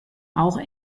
auch